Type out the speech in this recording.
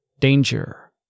danger